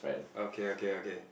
okay okay okay